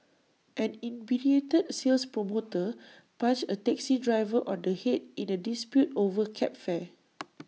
an in brief hate sales promoter punched A taxi driver on the Head in A dispute over cab fare